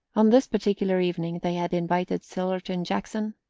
on this particular evening they had invited sillerton jackson,